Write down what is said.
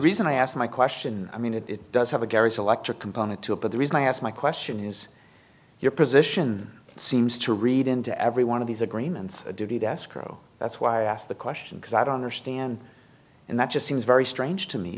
reason i ask my question i mean it it does have a very selector component to it but the reason i ask my question is your position seems to read into every one of these agreements a duty to escrow that's why i asked the question because i don't understand and that just seems very strange to me